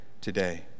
today